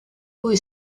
cui